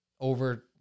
over